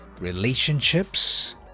relationships